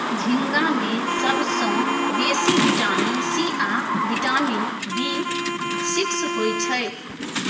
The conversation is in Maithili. झींगा मे सबसँ बेसी बिटामिन सी आ बिटामिन बी सिक्स होइ छै